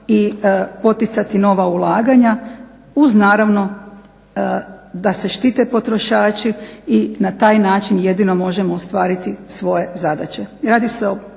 i poticati nova ulaganja uz naravno da se štite potrošači i na taj način jedino može ostvariti svoje zadaće.